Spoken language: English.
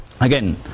Again